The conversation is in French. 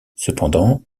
cependant